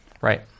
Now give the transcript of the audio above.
Right